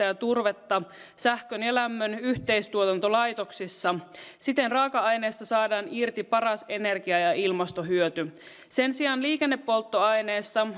ja turvetta sähkön ja lämmön yhteistuotantolaitoksissa siten raaka aineista saadaan irti paras energia ja ilmastohyöty sen sijaan liikennepolttoaineessa